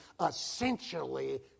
essentially